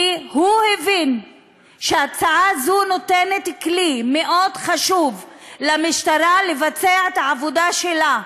כי הוא הבין שהצעה זו נותנת כלי מאוד חשוב למשטרה לבצע את העבודה שלה.